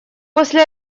после